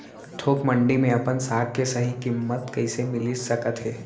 थोक मंडी में अपन साग के सही किम्मत कइसे मिलिस सकत हे?